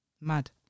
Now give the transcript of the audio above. mad